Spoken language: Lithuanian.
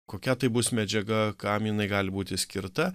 kokia tai bus medžiaga kam jinai gali būti skirta